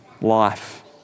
life